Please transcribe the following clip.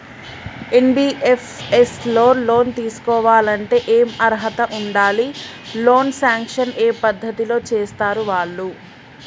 NBFS లో loan తీస్కోవాలంటే ఏం అర్హత ఉండాలి? లోన్ సాంక్షన్ ఏ పద్ధతి లో చేస్తరు వాళ్లు?